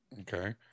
Okay